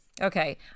Okay